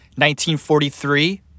1943